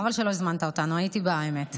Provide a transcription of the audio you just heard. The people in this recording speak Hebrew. חבל שלא הזמנת אותנו, הייתי באה, האמת.